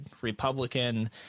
Republican